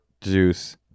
juice